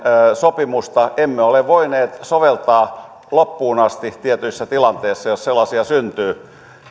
sopimusta emme ole voineet soveltaa loppuun asti tietyissä tilanteissa jos sellaisia syntyy